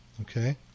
Okay